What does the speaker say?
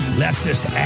leftist